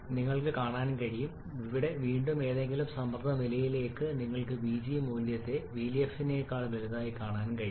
നിങ്ങൾക്ക് കാണാൻ കഴിയും ഇവിടെ വീണ്ടും ഏതെങ്കിലും സമ്മർദ്ദ നിലയ്ക്ക് നിങ്ങൾക്ക് vg മൂല്യത്തെ vf നേക്കാൾ വലുതായി കാണാൻ കഴിയും